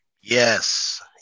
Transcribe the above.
Yes